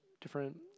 different